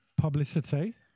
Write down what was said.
Publicity